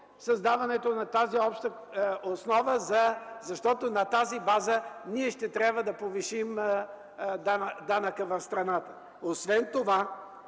създаването на тази обща основа, защото на тази база ние ще трябва да повишим данъка в страната. Освен това